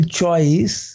choice